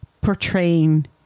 portraying